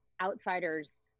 outsiders